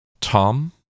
Tom